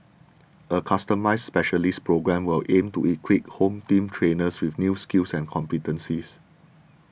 a customised specialist programme will aim to equip Home Team trainers with new skills and competencies